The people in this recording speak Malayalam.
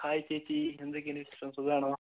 ഹായ് ചേച്ചി എന്തൊക്കെയുണ്ട് വിശേഷം സുഖമാണോ